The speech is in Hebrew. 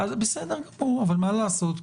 מה לעשות,